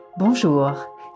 Bonjour